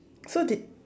so did